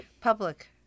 public